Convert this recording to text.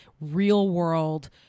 real-world